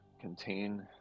contain